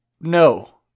no